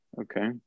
Okay